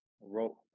wrote